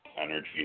energy